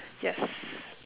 yes